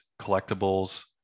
collectibles